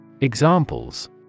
Examples